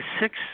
six